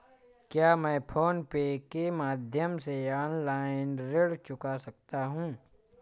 क्या मैं PhonePe के माध्यम से ऑनलाइन ऋण चुका सकता हूँ?